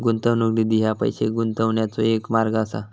गुंतवणूक निधी ह्या पैसो गुंतवण्याचो एक मार्ग असा